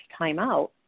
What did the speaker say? timeout